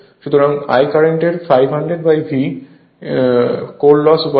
সুতরাং I current এর 500V হল কোর লস উপাদান